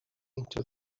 into